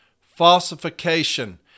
falsification